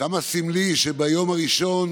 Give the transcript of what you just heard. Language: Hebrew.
כמה סמלי שביום הראשון